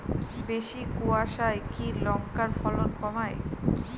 বেশি কোয়াশায় কি লঙ্কার ফলন কমায়?